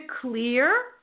clear